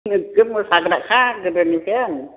नोगोद मोसाग्राखा गोदोनि जों